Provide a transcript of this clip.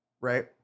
Right